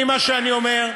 מה שאני אומר,